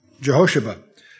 Jehoshaphat